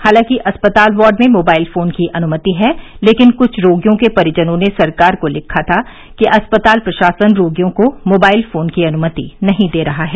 हालांकि अस्पताल वार्ड में मोबाइल फोन की अनुमति है लेकिन कुछ रोगियों के परिजनों ने सरकार को लिखा था कि अस्पताल प्रशासन रोगियों को मोबाइल फोन की अनुमति नहीं दे रहा है